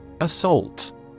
Assault